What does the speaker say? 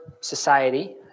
society